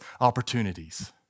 opportunities